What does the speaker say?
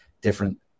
different